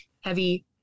heavy